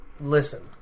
Listen